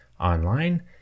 online